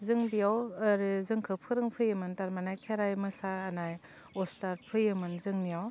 जों बेयाव आरो जोंखो फोरोंफैयोमोन थारमानि खेराइ मोसानाय अस्टाड फैयोमोन जोंनियाव